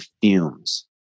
fumes